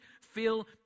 feel